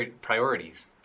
priorities